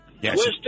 Yes